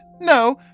no